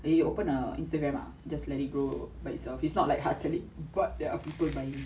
he open a instagram ah just let it grow by itself is not like hard selling it but there are people buying